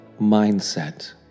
mindset